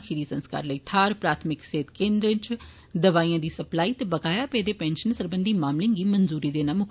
खीरी संस्कार लेई थाह्र प्राथमिक सेहत केन्द्रें इच दबाईयें दी सप्लाई ते बकाया पेदे पैंषन सरबंधी मामलें दी मंजूरी देना षामल हा